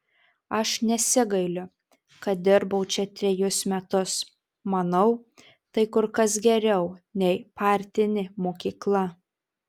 aš nesigailiu kad dirbau čia trejus metus manau tai kur kas geriau nei partinė mokykla